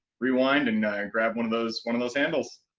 rewind and grab one of those one of those handles.